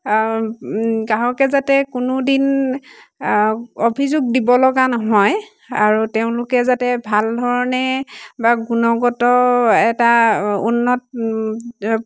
গ্ৰাহকে যাতে কোনোদিন অভিযোগ দিব লগা নহয় আৰু তেওঁলোকে যাতে ভালধৰণে বা গুণগত এটা উন্নত